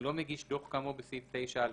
(3)לא מגיש דוח כאמור בסעיף 9א,